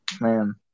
Man